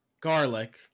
garlic